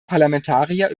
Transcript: parlamentarier